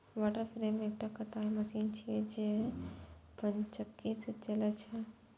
water frame एकटा कताइ machine छियै, जे पनचक्की सं चलै छै